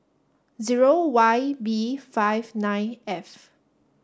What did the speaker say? zero Y B five nine F